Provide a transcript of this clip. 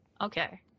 Okay